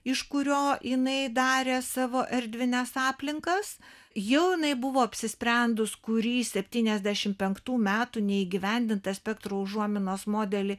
iš kurio jinai darė savo erdvines aplinkas jau jinai buvo apsisprendus kurį septyniasdešimt penktų metų neįgyvendintą spektro užuominos modelį